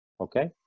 okay